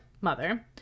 mother